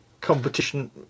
competition